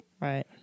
right